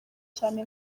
cyane